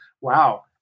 Wow